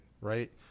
right